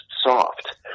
soft